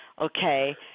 okay